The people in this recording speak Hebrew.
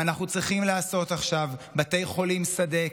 אם אנחנו צריכים לעשות עכשיו בתי חולים שדה,